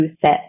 set